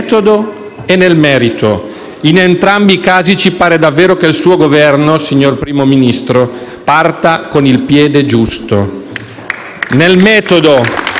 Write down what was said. e nel merito. In entrambi i casi, ci pare davvero che il suo Governo, signor Primo Ministro, parta con il piede giusto. *(Applausi